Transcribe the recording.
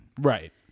Right